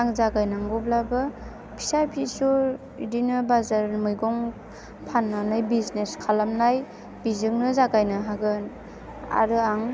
आं जागायनांगौब्लाबो फिसा फिसौ बिदिनो बाजार मैगं फाननानै बिजनेस खालामनाय बिजोंनो जागायनो हागोन आरो आं